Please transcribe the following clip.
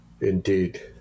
indeed